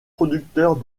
producteurs